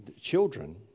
children